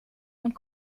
und